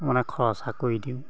মানে খৰচা কৰি দিওঁ